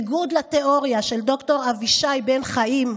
בניגוד לתיאוריה של ד"ר אבישי בן חיים,